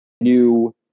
new